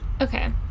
Okay